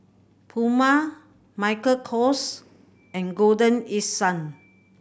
Puma Michael Kors and Golden East Sun